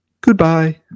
Goodbye